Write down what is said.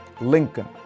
Lincoln